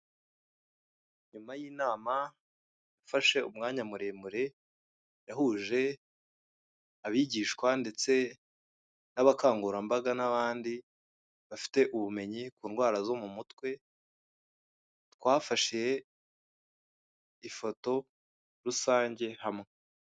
Nyuma yinama yafashe umwanya muremure yahuje abigishwa ndetse n'abakangurambaga n'abandi bafite ubumenyi ku ndwara zo mu mutwe twafashe ifoto rusange hamwe.